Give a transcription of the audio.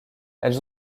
elles